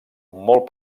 molt